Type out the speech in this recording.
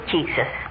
Jesus